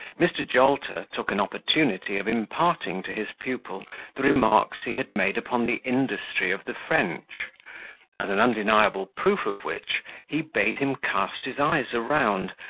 mr. jolter took an opportunity of imparting to his pupil the remarks he had made upon the industry of the french as an undeniable proof of which he bade him cast his eyes around,